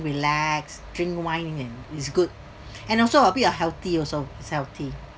relax drink wine and it's good and also a bit of healthy also it's healthy